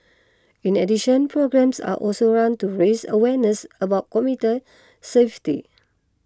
in addition programmes are also run to raise awareness about commuter safety